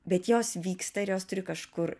bet jos vyksta ir jos turi kažkur